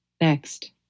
Next